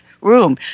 room